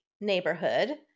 neighborhood